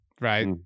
Right